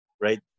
right